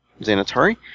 Xanatari